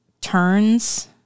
turns